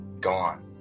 gone